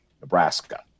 Nebraska